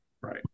right